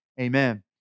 Amen